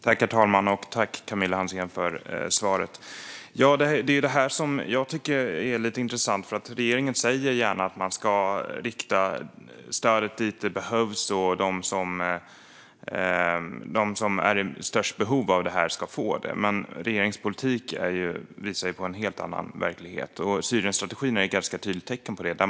Herr talman! Tack, Camilla Hansén, för svaret! Det är det här som är lite intressant. Regeringen säger gärna att man ska rikta stödet dit det behövs och att de som har störst behov ska få det. Men regeringens politik visar en helt annan i verkligheten. Syrienstrategin är ett ganska tydligt tecken på det.